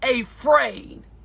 afraid